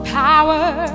power